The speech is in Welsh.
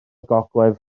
gogledd